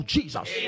Jesus